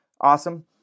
awesome